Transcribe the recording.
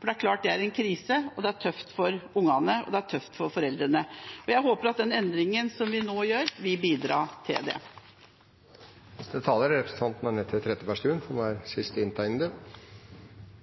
for det er klart at det er en krise – det er tøft for barna, og det er tøft for foreldrene. Jeg håper at den endringen som vi nå gjør, vil bidra til å gjøre det